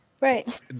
Right